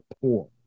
poor